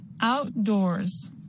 Outdoors